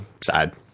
sad